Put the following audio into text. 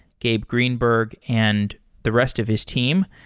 gabe greenberg, and the rest of his team.